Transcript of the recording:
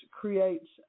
creates